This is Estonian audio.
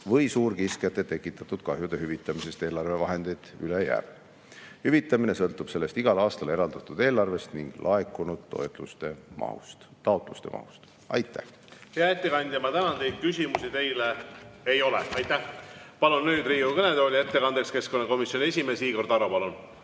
või suurkiskjate tekitatud kahjude hüvitamisest eelarvevahendeid üle jääb. Hüvitamine sõltub selleks igal aastal eraldatud eelarvest ning laekunud taotluste mahust. Aitäh! Hea ettekandja, ma tänan teid! Küsimusi teile ei ole. Aitäh! Palun nüüd Riigikogu kõnetooli ettekandeks keskkonnakomisjoni esimehe Igor Taro.